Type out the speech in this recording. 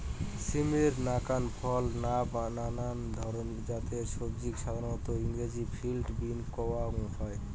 সিমের নাকান ফল বা নানান জাতের সবজিক সাধারণত ইংরাজিত ফিল্ড বীন কওয়া হয়